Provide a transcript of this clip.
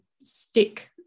stick